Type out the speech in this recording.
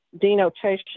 denotation